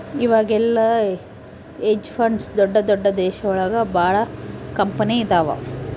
ಇವಾಗೆಲ್ಲ hedge funds ದೊಡ್ದ ದೊಡ್ದ ದೇಶ ಒಳಗ ಭಾಳ ಕಂಪನಿ ಇದಾವ